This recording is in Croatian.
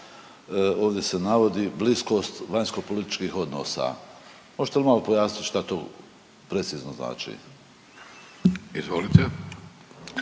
Ovdje se navodi bliskost vanjskopolitičkih odnosa. Možete li malo pojasniti šta to precizno znači? **Vidović,